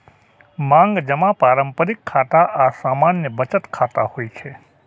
मांग जमा पारंपरिक खाता आ सामान्य बचत खाता होइ छै